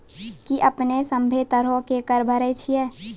कि अपने सभ्भे तरहो के कर भरे छिये?